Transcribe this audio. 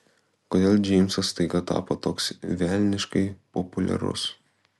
kodėl džeimsas staiga tapo toks velniškai populiarus